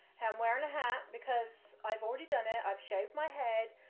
i'm wearing a hat because i've already done it, i've shaved my head,